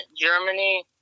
Germany